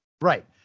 Right